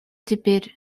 теперь